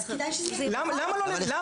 אז כדאי ש --- למה לא?